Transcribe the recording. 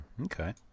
Okay